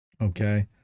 Okay